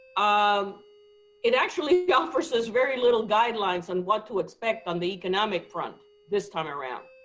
um it actually offers us very little guidelines on what to expect on the economic front this time around,